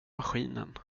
maskinen